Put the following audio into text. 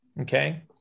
okay